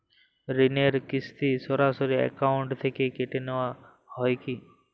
ঋণের কিস্তি সরাসরি অ্যাকাউন্ট থেকে কেটে নেওয়া হয় কি?